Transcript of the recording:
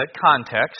context